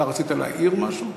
אתה רצית להעיר משהו?